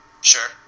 Sure